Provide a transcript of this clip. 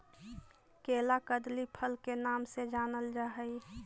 केला कदली फल के नाम से जानल जा हइ